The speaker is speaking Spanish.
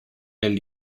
del